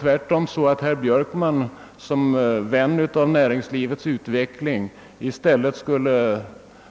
Tvärtom borde väl herr Björkman såsom vän av näringslivets utveckling